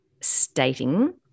stating